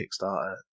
Kickstarter